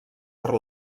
per